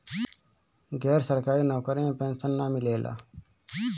गैर सरकारी नउकरी में पेंशन ना मिलेला